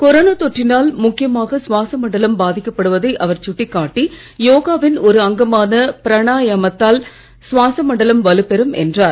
corona தொற்றினால் முக்கியமாக சுவாச மண்டலம் பாதிக்கப் படுவதை அவர் சுட்டிக் காட்டி யோகாவின் ஒரு அங்கமான பிராணாயமத்தால் சுவாச மண்டலம் வலுப்பெறும் என்றார்